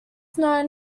known